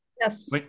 yes